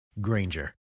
Granger